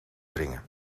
dringen